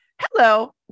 Hello